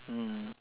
mm